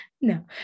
no